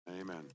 Amen